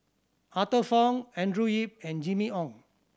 Arthur Fong Andrew Yip and Jimmy Ong